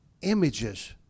Images